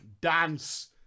Dance